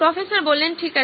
professor ঠিক আছে